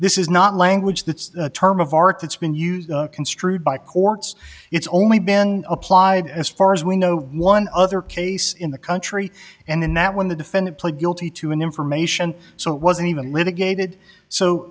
this is not language that's the term of art that's been used construed by courts it's only been applied as far as we know one other case in the country and in that when the defendant pled guilty to an information so it wasn't even litigated so